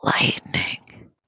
lightning